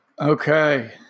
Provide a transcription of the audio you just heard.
Okay